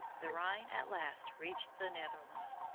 the rhine at last reached the netherlands.